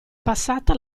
passata